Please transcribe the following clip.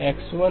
X1 1M k0M 1X